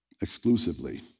exclusively